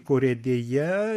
kurie deja